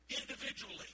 Individually